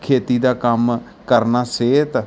ਖੇਤੀ ਦਾ ਕੰਮ ਕਰਨਾ ਸਿਹਤ